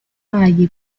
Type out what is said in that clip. agli